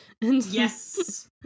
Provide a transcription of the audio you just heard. Yes